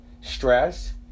stress